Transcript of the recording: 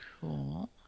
Cool